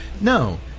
No